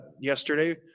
yesterday